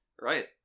Right